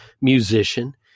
musician